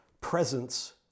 presence